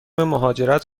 مهاجرت